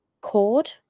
Cord